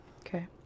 Okay